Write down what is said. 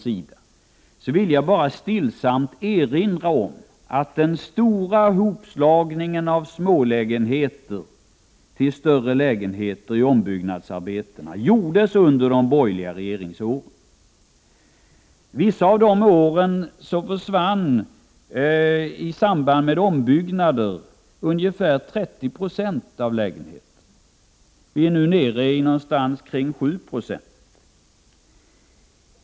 Jag vill bara stillsamt erinra om att en stor mängd hopslagningar av smålägenheter till större lägenheter vid ombyggnadsarbeten gjordes under de borgerliga regeringsåren. Under vissa av dessa år försvann ungefär 30 20 av lägenheterna i samband med ombyggnader. Motsvarande siffra är nu nere på omkring 7 9o.